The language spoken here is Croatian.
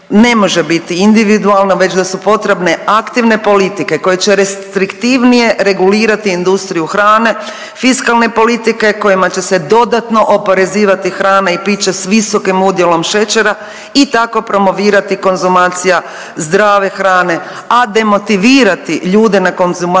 ne može biti individualna već da su potrebne aktivne politike koje će restriktivnije regulirati industriju hrane, fiskalne politike kojima će se dodatno oporezivati hrana i piće s visokim udjelom šećera i tako promovirati konzumacija zdrave hrane, a demotivirati ljude na konzumaciju